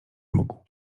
mógł